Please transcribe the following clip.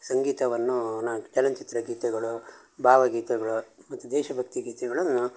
ಸಂಗೀತವನ್ನು ನಾನು ಚಲನಚಿತ್ರ ಗೀತೆಗಳು ಭಾವ ಗೀತೆಗಳು ಮತ್ತು ದೇಶಭಕ್ತಿ ಗೀತೆಗಳನ್ನು